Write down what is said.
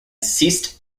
ceased